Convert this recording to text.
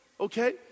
Okay